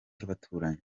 cyabaturanyi